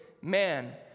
man